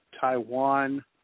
Taiwan